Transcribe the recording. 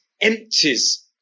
empties